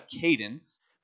cadence